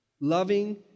Loving